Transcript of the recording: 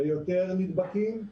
ליותר נדבקים,